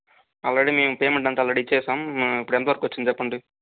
already మేము payment అంతా ready చేశాం ఇప్పుడెంత వరకు వచ్చింది చెప్పండి